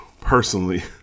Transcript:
personally